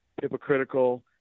hypocritical